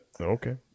Okay